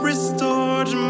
restored